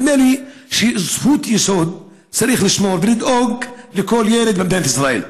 נדמה לי שזכות יסוד היא לדאוג לכל ילד במדינת ישראל.